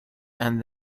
and